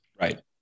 right